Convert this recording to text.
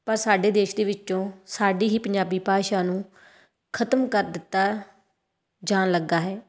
ਪਰ ਸਾਡੇ ਦੇਸ਼ ਦੇ ਵਿੱਚੋਂ ਸਾਡੀ ਹੀ ਪੰਜਾਬੀ ਭਾਸ਼ਾ ਨੂੰ ਖਤਮ ਕਰ ਦਿੱਤਾ ਜਾਣ ਲੱਗਾ ਹੈ